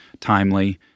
timely